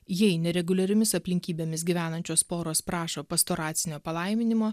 jei nereguliariomis aplinkybėmis gyvenančios poros prašo pastoracinio palaiminimo